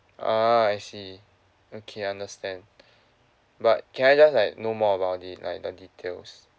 ah I see okay understand but can I just like know more about it like the details